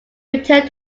returned